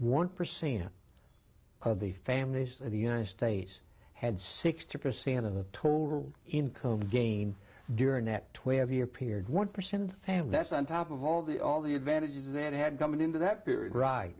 one percent of the families of the united states had sixty percent of the total income gain during that twelve year period one percent and that's on top of all the all the advantages that had coming into that